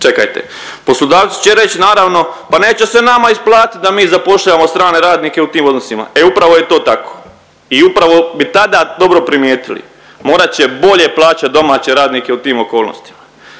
čekajte poslodavci će reći naravno pa neće se nama isplatiti da mi zapošljavamo strane radnike u tim odnosima, e upravo je to tako i upravo bi tada dobro primijetili. Morat će bolje plaćati domaće radnike u tim okolnostima,